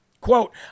Quote